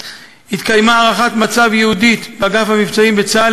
4. התקיימה הערכת מצב ייעודית באגף המבצעים בצה"ל